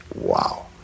Wow